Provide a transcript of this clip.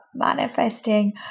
manifesting